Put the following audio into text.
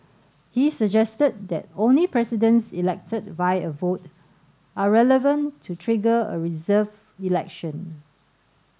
he suggested that only Presidents elected by a vote are relevant to trigger a reserved election